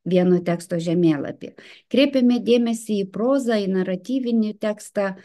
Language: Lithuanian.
vieno teksto žemėlapį kreipiame dėmesį į prozą į naratyvinį tekstą